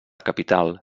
capital